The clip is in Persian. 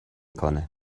کنه